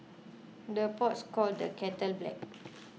the pots calls the kettle black